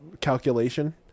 calculation